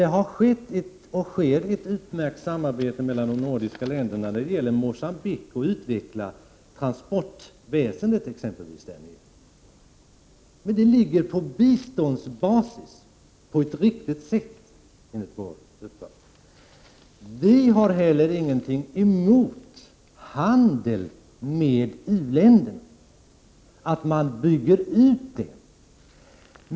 Det har skett och sker ett utmärkt samarbete mellan de nordiska länderna vid utvecklandet av transportväsendet i Mogambique. Men det görs på biståndsbasis, på ett enligt vår uppfattning riktigt sätt. Vi har heller ingenting emot att handeln med u-länderna byggs ut.